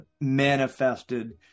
manifested